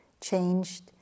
changed